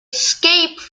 escaped